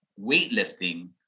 weightlifting